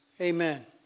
Amen